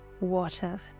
water